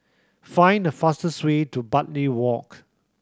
find the fastest way to Bartley Walk